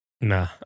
Nah